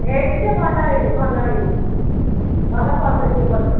ହେଇଛି ଯେ ଭଲ ହେଇନି ଭଲ ହେଇନି ଭଲ ଫଳିନି ଏ ବର୍ଷ